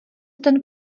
ten